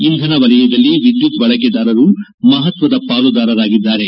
ಇಂಧನ ವಲಯದಲ್ಲಿ ವಿದ್ಯುತ್ ಬಳಕೆದಾರರು ಮಹತ್ವದ ಪಾಲುದಾರರಾಗಿದ್ದಾರೆ